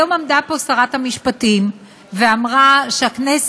היום עמדה פה שרת המשפטים ואמרה שהכנסת